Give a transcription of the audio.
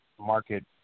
market